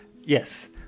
Yes